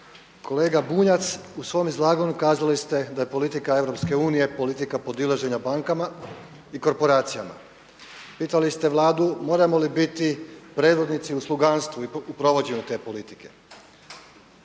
Kolega Bunjac u svom izlaganju kazali ste da je politika EU politika podilaženja bankama i korporacijama. Pitali ste Vladu moramo li biti predvodnici u sluganstvu i u provođenju te politike